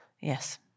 yes